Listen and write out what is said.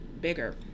bigger